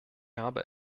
habe